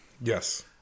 Yes